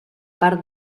part